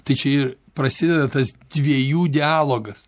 tai čia ir prasideda tas dviejų dialogas